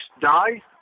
Die